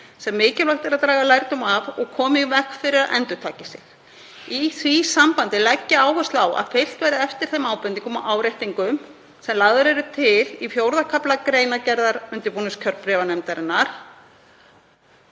sem mikilvægt er að draga lærdóm af og koma í veg fyrir að endurtaki sig. Í því sambandi vil ég leggja áherslu á að fylgt verði eftir þeim ábendingum og áréttingum sem lagðar eru til í IV. kafla greinargerðar undirbúningskjörbréfanefndarinnar.